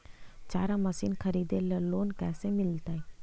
चारा मशिन खरीदे ल लोन कैसे मिलतै?